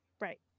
Right